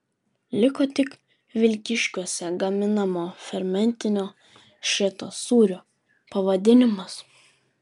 liko tik vilkyškiuose gaminamo fermentinio šėtos sūrio pavadinimas